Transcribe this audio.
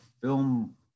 film